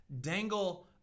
dangle